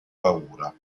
paura